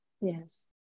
yes